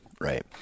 Right